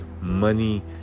money